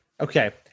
Okay